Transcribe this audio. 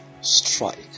strike